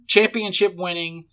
Championship-winning